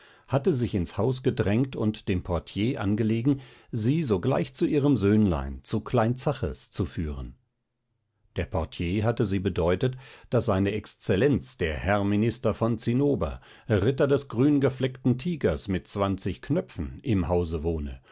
hatte sich ins haus gedrängt und dem portier angelegen sie sogleich zu ihrem söhnlein zu klein zaches zu führen der portier hatte sie bedeutet daß se exzellenz der herr minister von zinnober ritter des grüngefleckten tigers mit zwanzig knöpfen im hause wohne